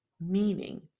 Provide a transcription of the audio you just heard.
meaning